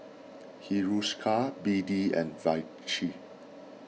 Hiruscar B D and Vichy